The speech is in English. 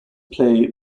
play